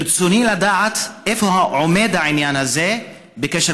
ברצוני לדעת איפה עומד העניין הזה בקשר